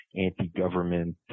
anti-government